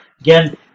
Again